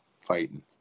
fighting